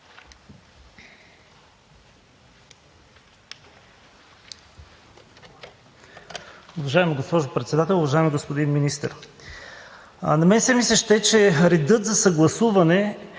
Уважаема госпожо Председател! Уважаеми господин Министър, на мен все ми се ще редът за съгласуване: